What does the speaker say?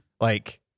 like-